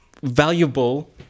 valuable